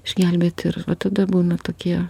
išgelbėt ir va tada būna tokie